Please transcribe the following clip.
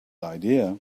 idea